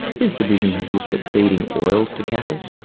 his division has looked at feeding oils to cattle,